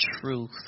truth